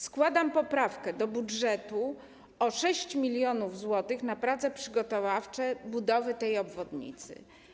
Składam poprawkę do budżetu o 6 mln zł na prace przygotowawcze budowy tej obwodnicy.